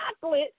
chocolate